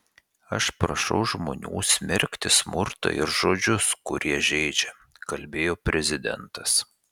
aš prašau žmonių smerkti smurtą ir žodžius kurie žeidžia kalbėjo prezidentas